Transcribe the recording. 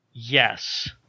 Yes